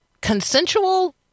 consensual